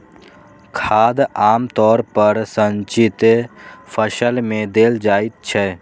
खाद आम तौर पर सिंचित फसल मे देल जाइत छै